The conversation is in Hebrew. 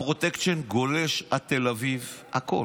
הפרוטקשן גולש עד תל אביב, הכול.